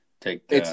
take –